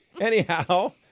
Anyhow